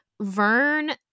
Vern